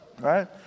right